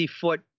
foot